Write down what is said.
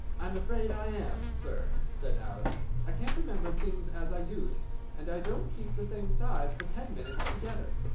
i'm afraid i am, sir, said alice i can't remember things as i used and i don't keep the same size for ten minutes together!